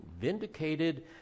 vindicated